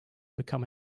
become